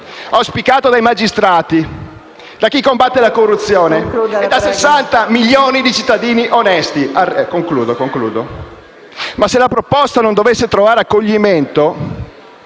auspicato dai magistrati, da chi combatte la corruzione e da 60 milioni di cittadini onesti. Ma se la proposta non dovesse trovare accoglimento,